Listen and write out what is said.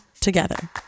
together